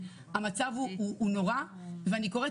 ואני חושבת